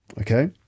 Okay